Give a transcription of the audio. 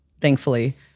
thankfully